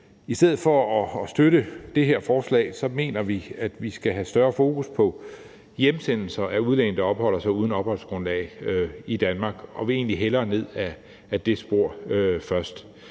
I stedet for at støtte det her forslag mener vi at vi skal have større fokus på hjemsendelser af udlændinge, der opholder sig uden opholdsgrundlag i Danmark. Og vi vil egentlig hellere ned ad det spor først.